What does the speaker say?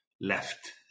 left